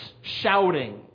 shouting